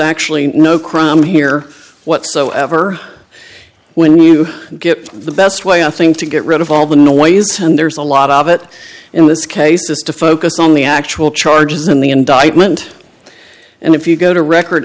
actually no crime here whatsoever when you get the best way i think to get rid of all the noise and there's a lot of it in this case is to focus on the actual charges in the indictment and if you go to record